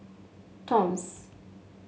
toms